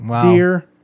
deer